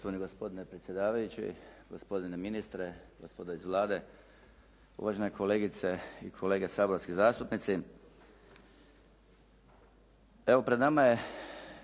Hvala vam